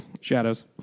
Shadows